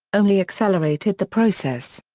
only accelerated the process.